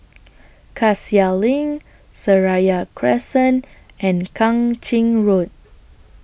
Cassia LINK Seraya Crescent and Kang Ching Road